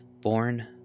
Born